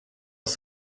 aus